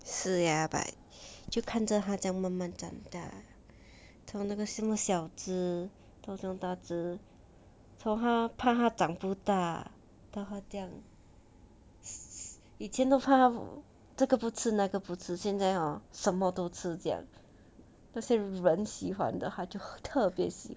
是 ah but 就看着它在慢慢长大从那个这么小只到这样大只从它怕长不大到它这样以前都怕它这个不吃那个不吃现在啊什么都吃这样那些人喜欢的它就特别喜欢